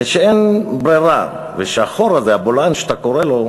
ואין ברירה, והחור הזה, הבולען, איך שאתה קורא לו,